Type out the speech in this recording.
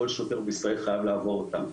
כל שוטר בישראל חייב לעבור אותם.